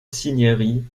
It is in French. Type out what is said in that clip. cinieri